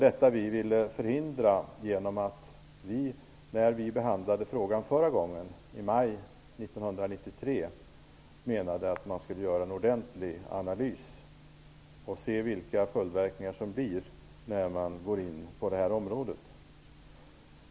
Detta ville vi förhindra när vi förra gången frågan behandlades -- det var i maj 1993 -- sade att det behövdes en ordentlig analys. Det gäller ju att få reda på vilka följdverkningarna blir när man går in på det här området.